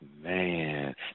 Man